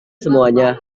semuanya